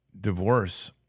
divorce